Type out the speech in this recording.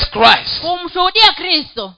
Christ